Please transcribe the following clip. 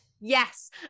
Yes